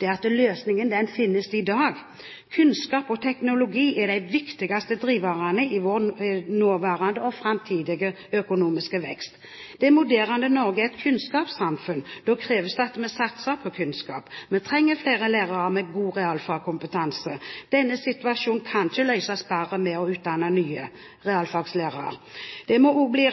er at løsningen finnes i dag. Kunnskap og teknologi er de viktigste driverne i vår nåværende og framtidige økonomiske vekst. Det moderne Norge er et kunnskapssamfunn. Da kreves det at vi satser på kunnskap. Vi trenger flere lærere med god realfagkompetanse. Denne situasjonen kan ikke løses bare ved å utdanne nye realfaglærere. Det må også bli